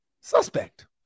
suspect